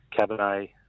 Cabernet